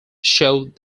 showed